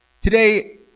Today